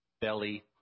belly